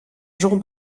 jean